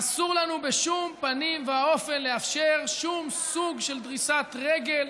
אסור לנו בשום פנים ואופן לאפשר שום סוג של דריסת רגל,